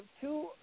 two